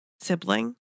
sibling